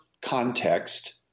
context